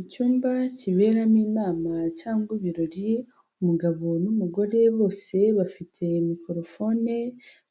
Icyumba kiberamo inama cyangwa ibirori, umugabo n'umugore bose bafite mikorofone,